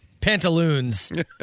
Pantaloons